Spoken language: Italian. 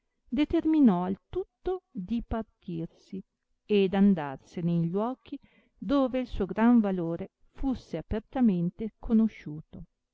determinò al tutto di partirsi ed andarsene in luochi dove il suo gran valore fusse apertamente conosciuto